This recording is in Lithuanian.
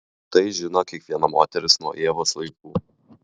tai žino kiekviena moteris nuo ievos laikų